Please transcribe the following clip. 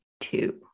two